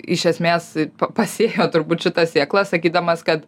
iš esmės pasėjo turbūt šitą sėklą sakydamas kad